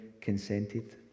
consented